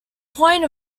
point